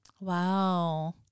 Wow